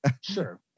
Sure